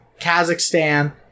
Kazakhstan